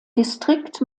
distrikt